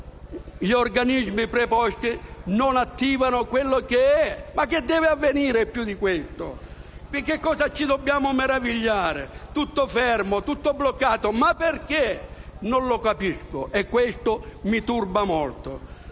gli organismi preposti non si attivano. Cosa deve avvenire più di questo? Di cosa ci dobbiamo meravigliare? È tutto fermo e bloccato, ma perché? Non lo capisco e questo mi turba molto.